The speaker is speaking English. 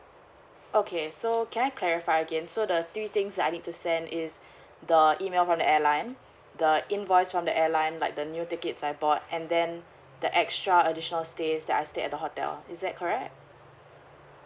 okay so can I clarify again so the three things that I need to send is the email from the airline the invoice from the airline like the new tickets I bought and then the extra additional stays that I stayed at the hotel is that correct